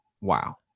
wow